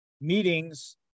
meetings